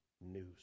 news